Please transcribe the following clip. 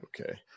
Okay